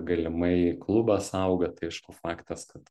galimai klubas auga tai aišku faktas kad